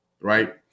right